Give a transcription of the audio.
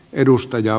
edustaja